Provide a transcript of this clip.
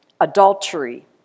adultery